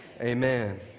amen